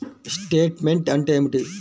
Statement అంటే ఏమిటి?